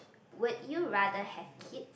would you rather have kids